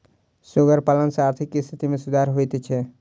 सुगर पालन सॅ आर्थिक स्थिति मे सुधार होइत छै